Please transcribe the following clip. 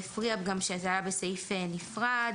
והפריע גם שזה היה בסעיף נפרד,